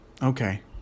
Okay